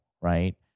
right